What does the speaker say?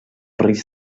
risc